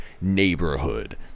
neighborhood